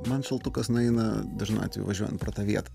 man šaltukas nueina dažnu atveju važiuojant pro tą vietą